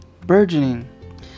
burgeoning